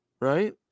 right